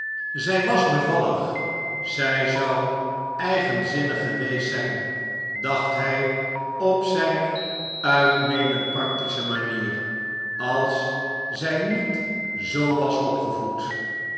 zij was be vallig zij zou eigenzinnig geweest zijn dacht hij op zijne uitnemend practische ma'nier als zij niet zoo was opgevoed